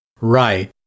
Right